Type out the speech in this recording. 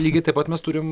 lygiai taip pat mes turim